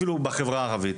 אפילו בחברה הערבית,